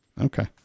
Okay